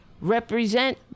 represent